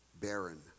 barren